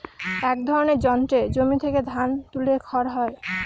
এক ধরনের যন্ত্রে জমি থেকে ধান তুলে খড় হয়